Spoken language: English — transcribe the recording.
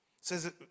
says